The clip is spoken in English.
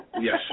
Yes